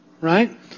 right